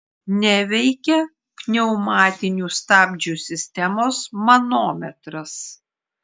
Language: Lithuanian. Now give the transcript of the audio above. neveikia pneumatinių stabdžių sistemos manometras